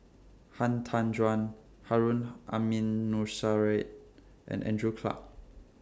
Han Tan Juan Harun Aminurrashid and Andrew Clarke